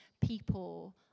people